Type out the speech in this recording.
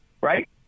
Right